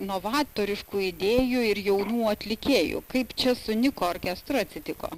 novatoriškų idėjų ir jaunų atlikėjų kaip čia su niko orkestru atsitiko